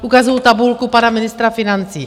Ukazuji tabulku pana ministra financí.